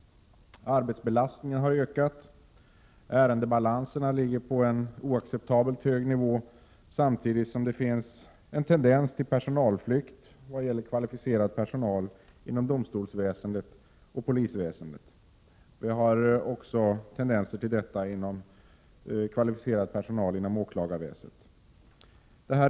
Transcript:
Arbetsbelastningen har ökat. Ärendebalanserna ligger på en oacceptabelt hög nivå, samtidigt som det finns en tendens till personalflykt när det gäller kvalificerad personal inom domstolsväsendet och polisväsendet. Vi har tendenser till detta också när det gäller kvalificerad personal inom åklagarväsendet.